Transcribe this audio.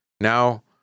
Now